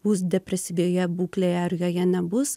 bus depresyvioje būklėje ar joje nebus